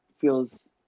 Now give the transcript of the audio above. feels